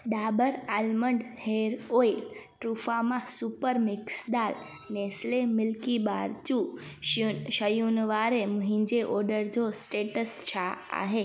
Dabur almond hair oil true farm super mix dal Nestle Milkybar चू शयुनि वारे मुंहिंजे ऑडर जो स्टेटस छा आहे